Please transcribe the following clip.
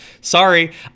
Sorry